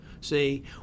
See